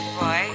boy